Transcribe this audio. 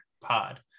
pod